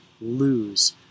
lose